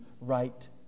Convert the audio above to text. right